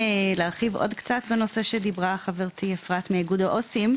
להרחיב עוד קצת בנושא שדיברה חברתי אפרת מאיגוד העו"סים,